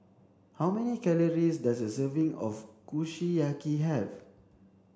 how many calories does a serving of Kushiyaki have